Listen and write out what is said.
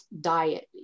diet